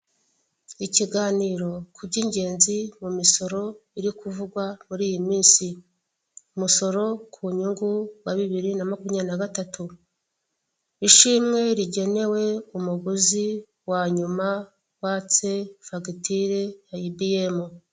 Ikiganiro ku by'ingenzi mu misoro iri kuvugwa muri iyi minsi, umusoro ku nyungu wa bibiri na makumyabiri na gatatu, ishimwe rigenewe umuguzi wanyuma watse fagitire ya ibiyemu.